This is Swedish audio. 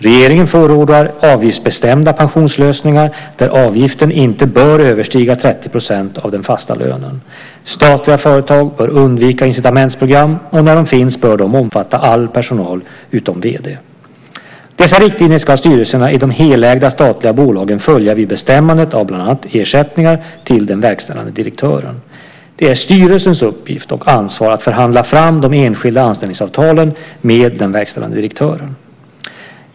Regeringen förordar avgiftsbestämda pensionslösningar där avgiften inte bör överstiga 30 % av den fasta lönen. Statliga företag bör undvika incitamentsprogram, och när de finns bör de omfatta all personal utom vd. Dessa riktlinjer ska styrelserna i de helägda statliga bolagen följa vid bestämmandet av bland annat ersättningar till den verkställande direktören. Det är styrelsens uppgift och ansvar att förhandla fram de enskilda anställningsavtalen med den verkställande direktören.